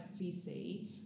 VC